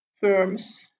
firms